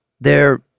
They're